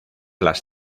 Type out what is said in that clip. las